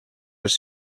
els